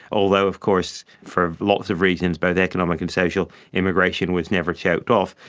although of course for lots of reasons, both economic and social, immigration was never choked off.